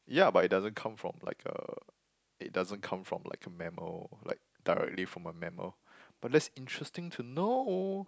ya but it doesn't come from like a it doesn't come from like a mammal like directly from a mammal but that's interesting to know